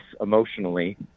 emotionally